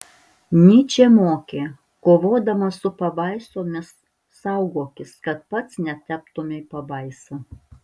nyčė mokė kovodamas su pabaisomis saugokis kad pats netaptumei pabaisa